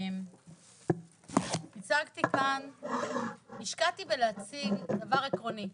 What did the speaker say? השקעתי בלהציג דבר עקרוני,